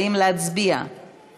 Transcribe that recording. דב חנין